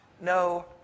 no